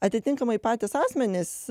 atitinkamai patys asmenys